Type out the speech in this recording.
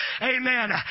Amen